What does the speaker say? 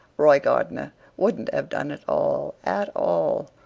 roy gardner wouldn't have done at all, at all.